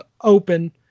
open